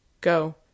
Go